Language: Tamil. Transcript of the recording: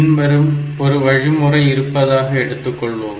பின்வருமாறு ஒரு வழிமுறை இருப்பதாக எடுத்துக்கொள்வோம்